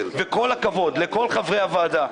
כל הכבוד לכל חברי הוועדה,